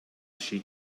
she